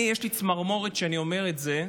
יש לי צמרמורת כשאני אומר את זה,